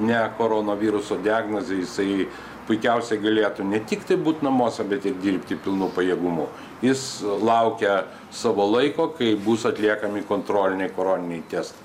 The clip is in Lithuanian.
ne koronaviruso diagnozė jisai puikiausiai galėtų ne tiktai būt namuose bet ir dirbti pilnu pajėgumu jis laukia savo laiko kai bus atliekami kontroliniai koroniniai testai